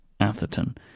atherton